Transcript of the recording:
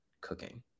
cooking